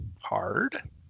hard